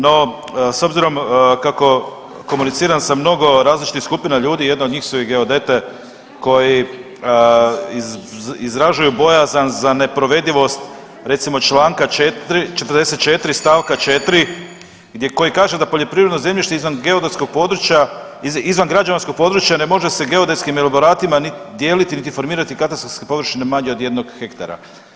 No, s obzirom kako komuniciram sa mnogo različitih skupina ljudi jedna od njih su i geodete koji izražavaju bojazan za neprovedivost recimo članku 44. stavka 4. koji kaže da poljoprivredno zemljište izvan geodetskog područja, izvan građevinskog područja ne može se geodetskim elaboratima dijeliti niti formirati katastarske površine manje od jednog hektara.